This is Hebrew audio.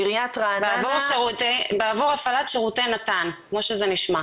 בעבור הפעלת שירותי נט"ן, כמו שזה נשמע,